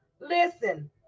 Listen